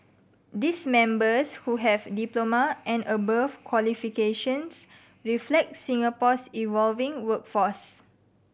these members who have diploma and above qualifications reflect Singapore's evolving workforce